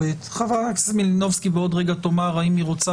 חברת הכנסת מלינובסקי בעוד רגע תאמר האם היא רוצה